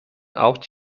out